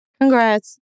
Congrats